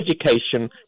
education